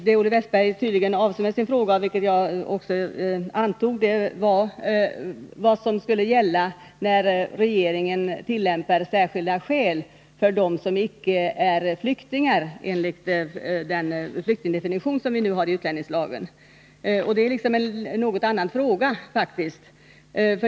Men jag antar att Olle Wästberg med sin fråga avsåg att ta upp vad som skulle gälla när regeringen åberopade särskilda skäl för dem som icke är flyktingar enligt den flyktingdefinition vi nu har i utlänningslagen, och det är en annan fråga.